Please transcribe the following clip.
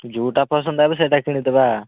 ତୁ ଯୋଉଟା ପସନ୍ଦ ଆସିବ ସେଇଟା କିଣିଦେବା